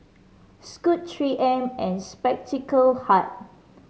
Scoot Three M and Spectacle Hut